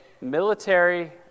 Military